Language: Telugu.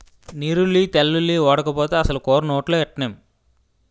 నీరుల్లి తెల్లుల్లి ఓడకపోతే అసలు కూర నోట్లో ఎట్టనేం